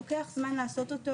לוקח זמן לעשות אותו.